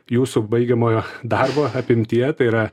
jūsų baigiamojo darbo apimtyje tai yra